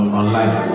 online